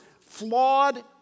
flawed